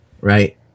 right